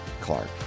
Clark